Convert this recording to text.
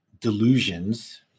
delusions